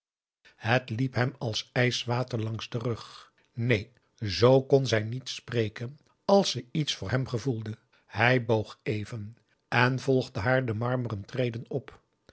het liep hem als ijswater langs den rug neen z kon zij niet spreken als ze iets voor hem gevoelde hij boog even en volgde haar de marmeren treden op